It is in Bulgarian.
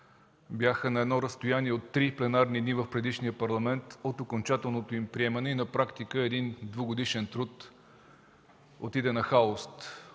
бяха на едно разстояние от три пленарни дни в предишния Парламент от окончателното им приемане и на практика един двугодишен труд отиде нахалост,